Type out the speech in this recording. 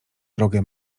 drogę